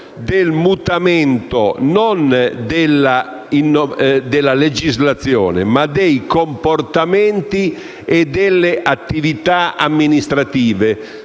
del mutamento non della legislazione, ma dei comportamenti e delle attività amministrative,